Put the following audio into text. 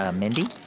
ah mindy?